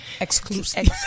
Exclusive